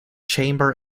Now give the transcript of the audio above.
chamber